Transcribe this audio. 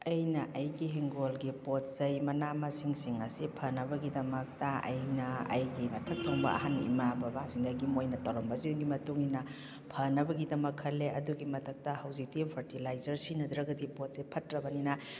ꯑꯩꯅ ꯑꯩꯒꯤ ꯍꯤꯡꯒꯣꯜꯒꯤ ꯄꯣꯠ ꯆꯩ ꯃꯅꯥ ꯃꯁꯤꯡꯁꯤꯡ ꯑꯁꯤ ꯐꯅꯕꯒꯤꯗꯃꯛꯇ ꯑꯩꯅ ꯑꯩꯒꯤ ꯃꯊꯛ ꯊꯣꯡꯕ ꯑꯍꯟ ꯏꯃꯥ ꯕꯕꯥꯁꯤꯡꯗꯒꯤ ꯃꯣꯏꯅ ꯇꯧꯔꯝꯕꯁꯤꯡꯒꯤ ꯃꯇꯨꯡ ꯏꯟꯅ ꯐꯅꯕꯒꯤꯗꯃꯛ ꯈꯜꯂꯦ ꯑꯗꯨꯒꯤ ꯃꯊꯛꯇ ꯍꯧꯖꯤꯛꯇꯤ ꯐꯔꯇꯤꯂꯥꯏꯖꯔ ꯁꯤꯖꯤꯟꯅꯗ꯭ꯔꯒꯗꯤ ꯄꯣꯠꯁꯦ ꯐꯠꯇ꯭ꯔꯕꯅꯤꯅ